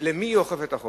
על מי היא אוכפת את החוק.